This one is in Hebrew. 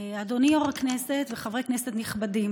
אדוני יושב-ראש הכנסת וחברי כנסת נכבדים,